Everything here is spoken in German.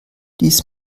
dies